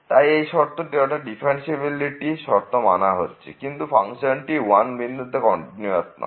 তাই এই শর্তটি অর্থাৎ ডিফারেন্সিএবিলিটি শর্তটি মান্য হচ্ছে কিন্তু ফাংশনটি 1 বিন্দুতে কন্টিনিউয়াস নয়